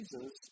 Jesus